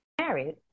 married